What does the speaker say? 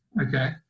okay